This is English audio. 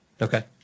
Okay